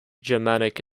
germanic